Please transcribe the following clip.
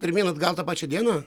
pirmyn atgal tą pačią dieną